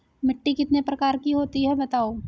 मिट्टी कितने प्रकार की होती हैं बताओ?